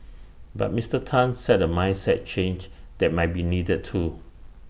but Mister Tan said A mindset change that might be needed too